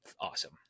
awesome